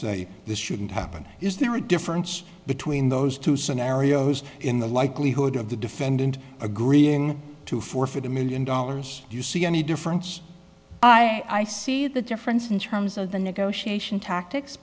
say this shouldn't happen is there a difference between those two scenarios in the likelihood of the defendant agreeing to forfeit a million dollars you see any difference i see the difference in terms of the negotiation tactics